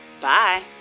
Bye